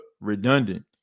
redundant